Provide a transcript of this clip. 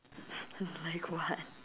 like what